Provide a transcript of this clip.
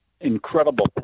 incredible